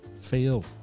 feel